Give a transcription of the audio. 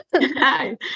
Hi